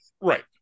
right